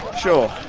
show?